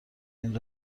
این